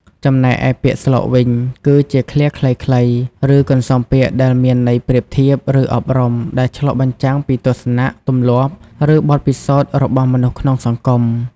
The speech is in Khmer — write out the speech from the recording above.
ចំណែកឯពាក្យស្លោកវិញ គឺជាឃ្លាខ្លីៗ ឬកន្សោមពាក្យដែលមានន័យប្រៀបធៀប ឬអប់រំ ដែលឆ្លុះបញ្ចាំងពីទស្សនៈ ទម្លាប់ ឬបទពិសោធន៍របស់មនុស្សក្នុងសង្គម។